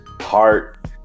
heart